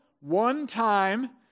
one-time